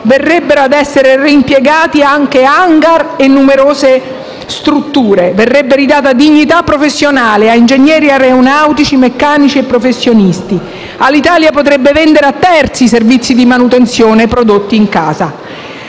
verrebbero ad essere reimpiegati anche *hangar* e numerose strutture; verrebbe restituita dignità professionale a ingegneri aeronautici, meccanici e professionisti; Alitalia potrebbe vendere a terzi i servizi di manutenzione prodotti in casa;